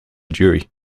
jury